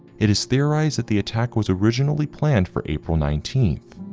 it is theorized that the attack was originally planned for april nineteenth,